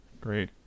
Great